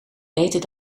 beter